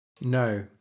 No